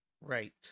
Right